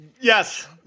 Yes